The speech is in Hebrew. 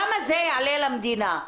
כמה זה יעלה למדינה?